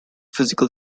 physical